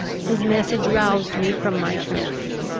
his message roused me from my trance.